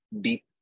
deep